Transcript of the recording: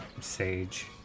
sage